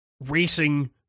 racing